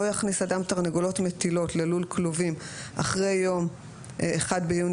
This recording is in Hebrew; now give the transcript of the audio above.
לא יכניס אדם תרנגולות מטילות ללול כלובים אחרי יום כ"ג באייר